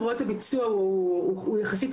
העובדים הראשונים אם אני זוכרת נכון,